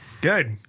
Good